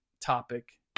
topic